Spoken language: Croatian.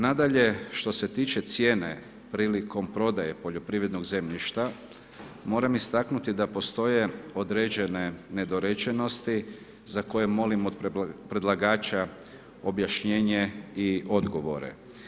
Nadalje, što se tiče cijene prilikom prodaje poljoprivrednog zemljišta, moram istaknuti, da postoje, određene, nedorečenosti, za koje molim od predlagača objašnjenje i odgovore.